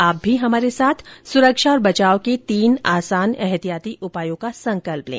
आप भी हमारे साथ सुरक्षा और बचाव के तीन आसान एहतियाती उपायों का संकल्प लें